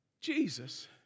Jesus